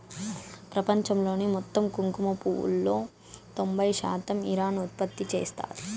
ప్రపంచంలోని మొత్తం కుంకుమ పువ్వులో తొంబై శాతం ఇరాన్ ఉత్పత్తి చేస్తాంది